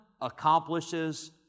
accomplishes